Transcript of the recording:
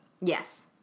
Yes